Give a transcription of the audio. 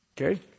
Okay